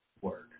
work